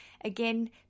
Again